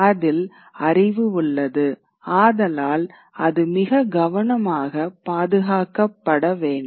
அதில் அறிவு உள்ளது ஆதலால் அது மிக கவனமாக பாதுகாக்கப்பட வேண்டும்